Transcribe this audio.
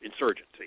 insurgency